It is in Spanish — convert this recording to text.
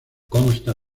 consta